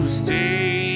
stay